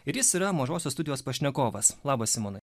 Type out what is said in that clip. ir jis yra mažosios studijos pašnekovas labas simonai